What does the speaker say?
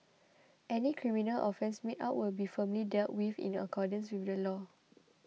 any criminal offence made out will be firmly dealt with in accordance with the law